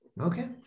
Okay